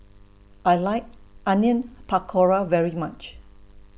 I like Onion Pakora very much